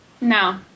No